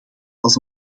als